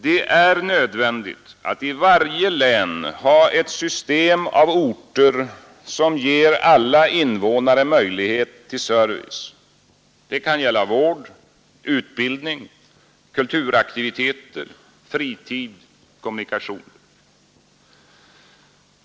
Det är nödvändigt att i varje län ha ett system av orter som ger alla invånare möjlighet till service. Det kan gälla vård, utbildning, kulturaktiviteter, fritid och kommunikationer.